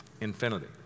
infinity